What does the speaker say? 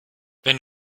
wenn